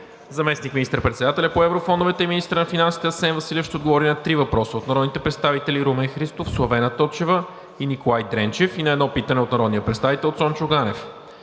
Заместник министър-председателят по еврофондовете и министър на финансите Асен Василев ще отговори на три въпроса от народните представители Румен Христов; Славена Точева; и Николай Дренчев; и на едно питане от народния представител Цончо Ганев.